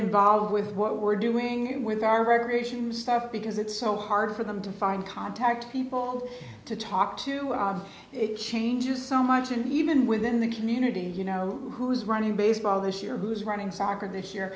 involved with what we're doing with our recreation stuff because it's so hard for them to find contact people to talk to it changes so much and even within the community you know who's running baseball this year who's running soccer this year